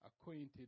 acquainted